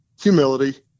Humility